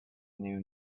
knew